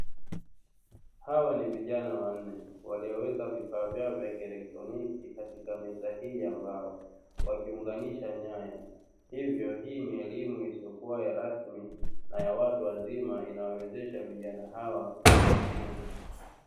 Hawa ni vijana wanne walioweka vifaa vyao vya kielektroniki katika meza hii ya mbao, wakiunganisha nyaya. Hivyo hii ni elimu isiyokuwa rasmi na ya watu wazima inayaowawezesha vijana hawa kujifunza.